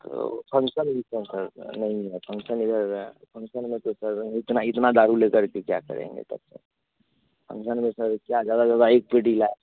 तो फंक्शन तो सर नहीं है फंक्शन इधर फंक्शन में तो सर इतना इतना दारू लेकर के क्या करेंगे तब सर फंक्शन में सर क्या ज़्यादा से ज़्यादा एक पेटी ला